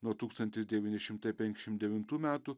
nuo tūkstantis devyni šimtai penkiasdešimt devintų metų